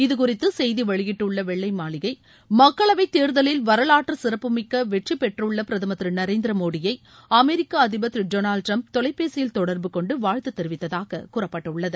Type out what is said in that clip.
இதுகுறித்து செய்தி வெளியிட்டுள்ள வெள்ளை மாளிகை மக்களவைத் தேர்தலில் வரவாற்று சிறப்பு மிக்க வெற்றி பெற்றுள்ள பிரதமர் திரு நரேந்திர மோடியை அமெரிக்க அதிபர் திரு டொனாவ்டு டிரம்ப் தொலைபேசியில் தொடர்பு கொண்டு வாழ்த்து தெரிவித்ததாக கூறப்பட்டுள்ளது